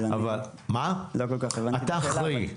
את אחראי.